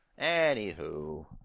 Anywho